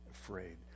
afraid